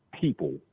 people